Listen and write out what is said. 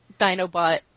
Dinobot